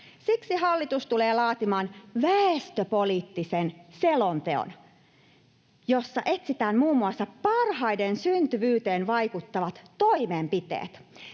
Siksi hallitus tulee laatimaan väestöpoliittisen selonteon, jossa etsitään muun muassa parhaiten syntyvyyteen vaikuttavat toimenpiteet.